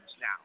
now